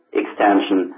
extension